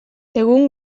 egun